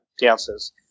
dances